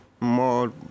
more